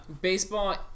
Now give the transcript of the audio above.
Baseball